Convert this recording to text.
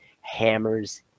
Hammers